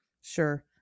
sure